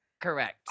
Correct